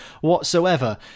whatsoever